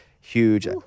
huge